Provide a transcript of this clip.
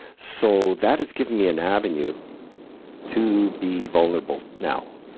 so that has given me an avenue to be vulnerable now,